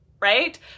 right